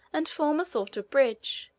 and form a sort of bridge,